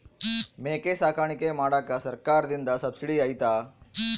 ಮೇಕೆ ಸಾಕಾಣಿಕೆ ಮಾಡಾಕ ಸರ್ಕಾರದಿಂದ ಸಬ್ಸಿಡಿ ಐತಾ?